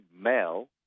male